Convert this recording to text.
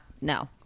No